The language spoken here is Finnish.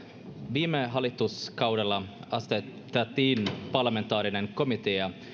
viime hallituskaudella asetettiin parlamentaarinen komitea